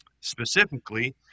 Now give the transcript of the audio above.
specifically